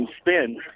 spin